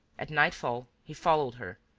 at nightfall, he followed her,